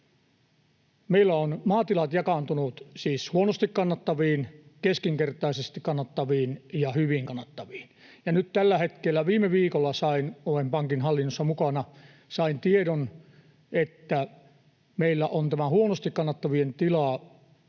Meillä ovat maatilat jakaantuneet siis huonosti kannattaviin, keskinkertaisesti kannattaviin ja hyvin kannattaviin. Viime viikolla sain — olen pankin hallinnossa mukana — tiedon, että meillä on tämä huonosti kannattavien tilojen